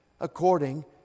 according